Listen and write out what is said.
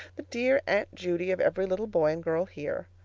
the dear aunt judy of every little boy and girl here.